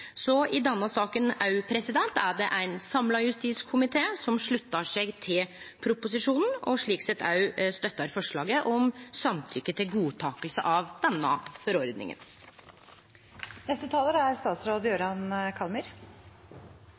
i denne saka er det ein samla justiskomité som sluttar seg til proposisjonen, og slik sett òg støttar forslaget om samtykke til godtaking av denne forordninga. Jeg er